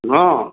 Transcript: हॅं